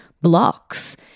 blocks